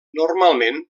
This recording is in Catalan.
normalment